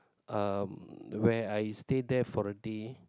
um where I stay there for a day